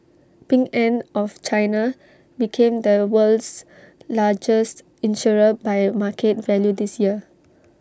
Ping an of China became the world's largest insurer by market value this year